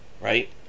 right